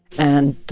and